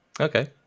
Okay